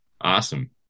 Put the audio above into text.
awesome